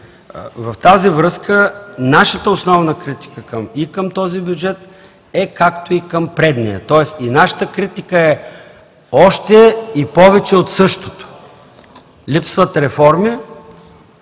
В тази връзка нашата основна критика и към този бюджет е, както и към предния, тоест и нашата критика е: още и повече от същото! Липсват реформи,